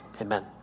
Amen